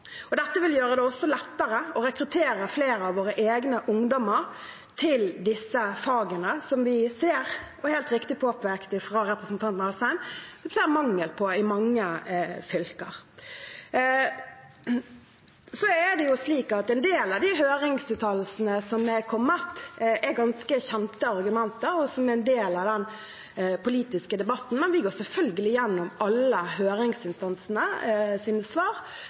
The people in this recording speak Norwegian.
Dette vil også gjøre det lettere å rekruttere flere av våre egne ungdommer til disse fagene som – og det er helt riktig påpekt av representanten Asheim – vi ser mangel på i mange fylker. En del av de høringsuttalelsene som er kommet, er ganske kjente argumenter som er en del av den politiske debatten. Men vi går selvfølgelig gjennom alle høringsinstansenes svar,